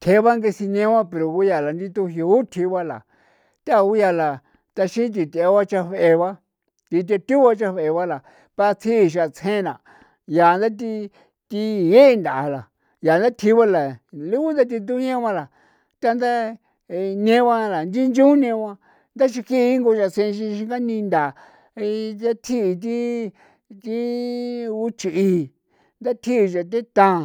Tjee ba ke sine ba pero yaa la utijiu thji ba la thao guyaa la xi ti tjiu ba chee ba thi tetuba che jee ba ti thetuba chejee ba pa tsji tsee ba yaa dethi ti tie nthaa la yaa sathiba la ti tuñaoba la nda neba nchi nchon neo ba ncha ixin kjiin tsunsa ngani nthaa ii detjii ti thii uch'ii datjii xa tethaa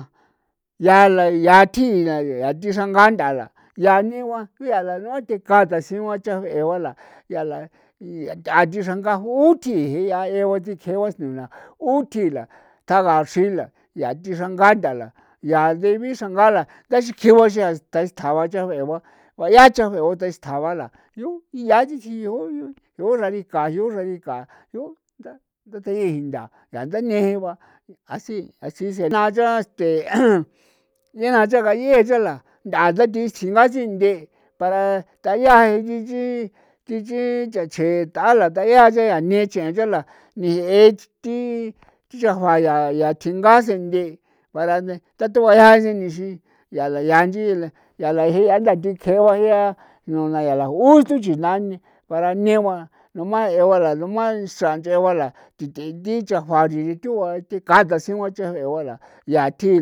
yaa la ya ti yaa ti xrangaa nthaa la ya negua ba yaa luthee ka nda xithekaan nda jee ba la yaa ti xranga jeo tii jia ku jee utila tjaganga uxila yaa ti xranga la ti yaa ti bixranga la ixin tio bayaa cha ndesta la yoo yaa titsjio jeo darka jeo nda darika inda yaa neje ba asi naa yaa ndangayee la xa la ndatsingi ntha tsje para dayaa te xi ti chi sachee tala sayaa xa nechee xa la ti chinga para tathoan ya la jia ndatikjeba jia ntha nuna justu nane para negua noma jee ba para xra nchee ba la de ti cha bee ji yaa tji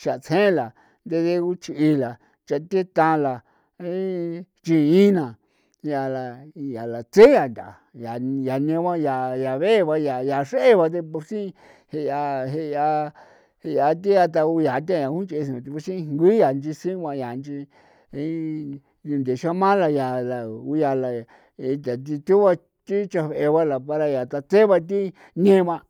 xan tsjee la de guch'i la tetha la thii chii na yaa neeba yaa xree ba deporsi jea thi yaa unchee ba ngui ya seen ba nunthe xama la kuyaa la thi chajuee ba para tathee ba ti neba.